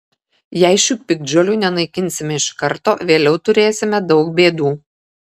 jei šių piktžolių nenaikinsime iš karto vėliau turėsime daug bėdų